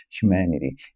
humanity